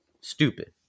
Stupid